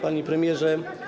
Panie Premierze!